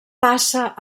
passa